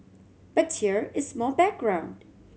but here is more background